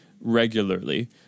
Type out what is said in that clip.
regularly